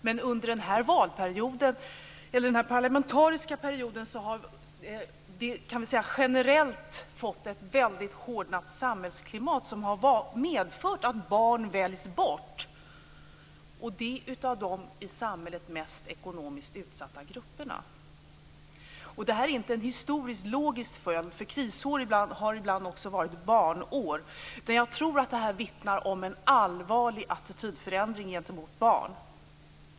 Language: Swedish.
Men under den här parlamentariska perioden kan man säga att vi generellt har fått ett mycket hårdnat samhällsklimat som har medfört att barn väljs bort och det av de i samhället mest ekonomiskt utsatta grupperna. Det här är inte historiskt logiskt, för krisår har ibland också varit barnår. Jag tror att det här vittnar om en allvarlig attitydförändring gentemot barn.